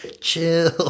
chill